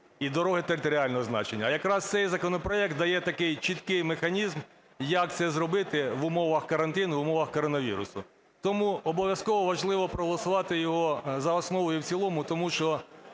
і дороги територіального значення. А якраз цей законопроект дає такий чіткий механізм, як це зробити в умовах карантину, в умовах коронавірусу. Тому обов'язково важливо проголосувати його за основу і в цілому, тому що